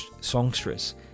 songstress